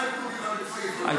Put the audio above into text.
הילדים שלך יקנו דירה בכסייפה,